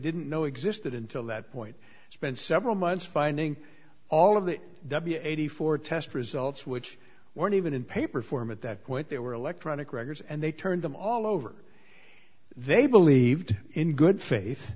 didn't know existed until that point spent several months finding all of the eighty four test results which weren't even in paper form at that point they were electronic records and they turned them all over they believed in good faith